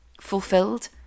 fulfilled